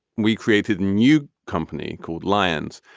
we created a new company called lions',